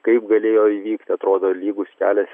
kaip galėjo įvykti atrodo lygus kelias